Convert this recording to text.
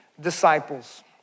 disciples